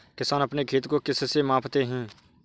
किसान अपने खेत को किससे मापते हैं?